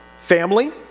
family